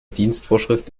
dienstvorschrift